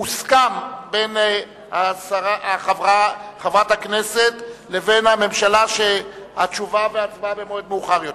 הוסכם בין חברת הכנסת לבין הממשלה שהתשובה וההצבעה במועד מאוחר יותר,